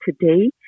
today